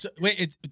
Wait